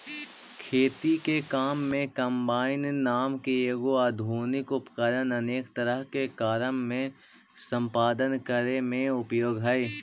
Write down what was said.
खेती के काम में कम्बाइन नाम के एगो आधुनिक उपकरण अनेक तरह के कारम के सम्पादन करे में उपयोगी हई